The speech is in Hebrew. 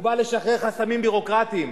שהוא בא לשחרר חסמים ביורוקרטיים,